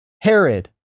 Herod